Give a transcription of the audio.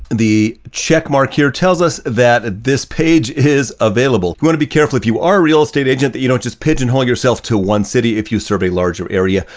the check mark here tells us that this page is available. we want to be careful if you are a real estate agent that you don't just pigeonhole yourself to one city if you serve a larger area,